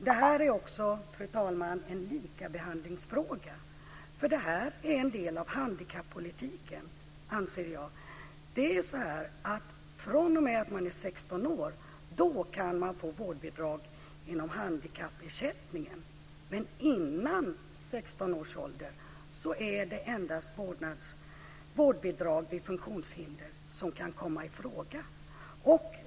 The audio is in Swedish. Det här är också, fru talman, en likabehandlingsfråga, för det är en del av handikappolitiken, anser jag. Från det att man är 16 år kan man få vårdbidrag inom handikappersättningen, men före 16 års ålder är det endast vårdbidrag för funktionshinder som kan komma i fråga.